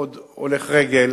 עוד הולך רגל,